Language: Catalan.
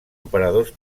operadors